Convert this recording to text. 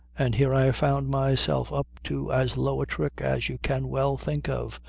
and here i found myself up to as low a trick as you can well think of.